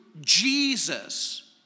Jesus